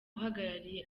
uhagarariye